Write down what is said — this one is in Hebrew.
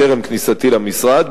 טרם כניסתי למשרד,